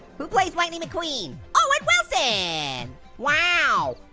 who plays lightning mcqueen? owen wilson! wow!